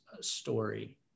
story